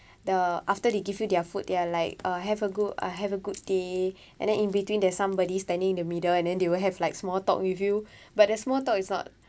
the after they give you their food they're like uh have a good uh have a good day and then in between there's somebody standing in the middle and then they will have like small talk with you but the small talk is not